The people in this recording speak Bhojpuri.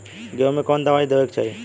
गेहूँ मे कवन दवाई देवे के चाही?